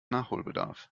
nachholbedarf